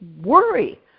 worry